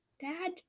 Dad